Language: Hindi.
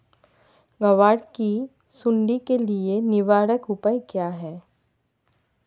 ग्वार की सुंडी के लिए निवारक उपाय क्या है?